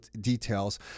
details